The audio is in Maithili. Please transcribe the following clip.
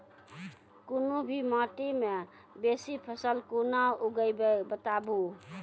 कूनू भी माटि मे बेसी फसल कूना उगैबै, बताबू?